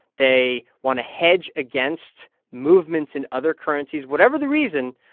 they want to hedge against movements in other currencies. whatever the reason,